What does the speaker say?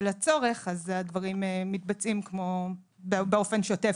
הצורך אז הדברים מתבצעים באופן שוטף,